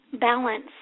balance